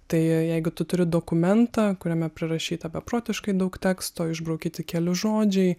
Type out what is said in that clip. tai jeigu tu turi dokumentą kuriame prirašyta beprotiškai daug teksto išbraukyti keli žodžiai